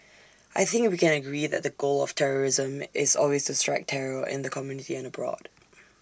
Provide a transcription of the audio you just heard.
I think we can agree that the goal of terrorism is always to strike terror in the community and abroad